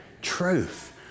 truth